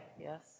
yes